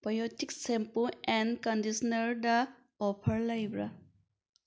biotic shampoo and ꯀꯟꯗꯤꯁꯅꯔꯗ offer ꯂꯩꯕ꯭ꯔꯥ